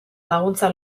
laguntza